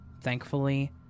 thankfully